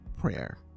prayer